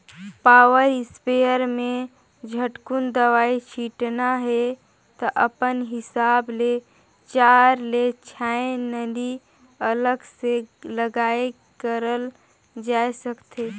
power sprayer में झटकुन दवई छिटना हे त अपन हिसाब ले चार ले छै नली अलग से लगाये के करल जाए सकथे